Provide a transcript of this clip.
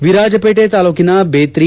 ವಿರಾಜಪೇಟೆ ತಾಲೂಕಿನ ಬೇತ್ರಿ